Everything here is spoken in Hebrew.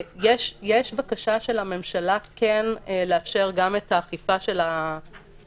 יש בקשה של הממשלה כן לאפשר גם את האכיפה של העבירה